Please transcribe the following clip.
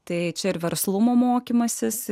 tai čia ir verslumo mokymasis